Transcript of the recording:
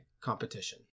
competition